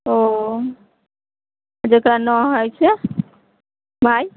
ओ आ जकरा नहि हइ से भाय